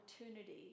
opportunity